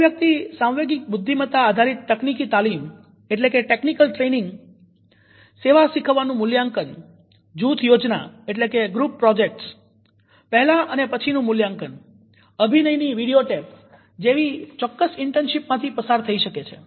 કોઈ વ્યક્તિ સાંવેગિક બુદ્ધિમતા આધારિત તકનીકી તાલીમ સેવા શીખવાનું મૂલ્યાંકન જૂથ યોજના પહેલા અને પછીનું મૂલ્યાંકન અભિનયની વિડીયો ટેપ જેવી ચોક્કસ ઇન્ટર્નશીપમાંથી પસાર થઇ શકે છે